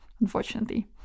unfortunately